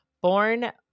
Born